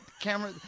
camera